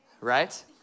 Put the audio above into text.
right